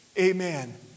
Amen